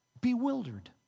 Bewildered